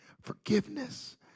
forgiveness